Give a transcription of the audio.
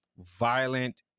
violent